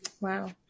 Wow